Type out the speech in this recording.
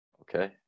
Okay